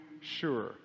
sure